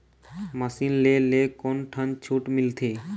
Machine ले ले कोन ठन छूट मिलथे?